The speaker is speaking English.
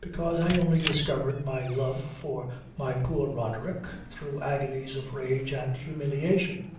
because i only discovered my love for my poor roderick through agonies of rage and humiliation.